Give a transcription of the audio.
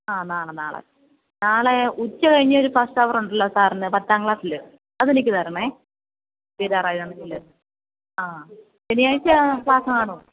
ആ നാളെ നാളെ നാളെ ഉച്ച കഴിഞ്ഞൊരു ഫസ്റ്റ് അവറ് ഉണ്ടല്ലോ സാറിന് പത്താം ക്ലാസിൽ അതെനിക്ക് തരണം തീരാറായതാണെങ്കിൽ ആ പിന്നെ ശനിയാഴ്ച ക്ലാസ് കാണുമോ